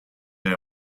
air